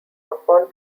upon